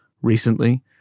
recently